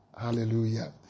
Hallelujah